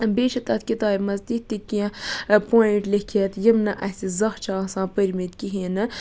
بیٚیہِ چھِ تَتھ کِتابہ مَنٛز تِتھ تہِ کینٛہہ پویِنٛٹ لیٚکھِتھ یِم نہٕ اَسہِ زانٛہہ چھِ آسان پٔرمٕتۍ کِہیٖنۍ نہٕ